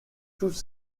tous